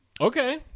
Okay